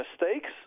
mistakes